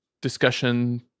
discussion